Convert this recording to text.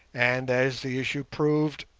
and, as the issue proved,